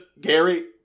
Gary